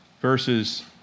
verses